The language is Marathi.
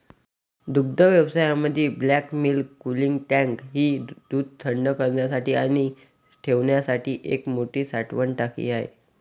दुग्धव्यवसायामध्ये बल्क मिल्क कूलिंग टँक ही दूध थंड करण्यासाठी आणि ठेवण्यासाठी एक मोठी साठवण टाकी आहे